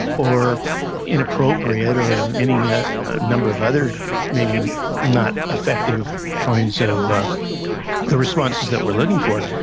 or inappropriate, or any ah number of other maybe not effective kinds of the responses that we're looking for,